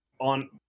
on